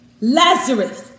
Lazarus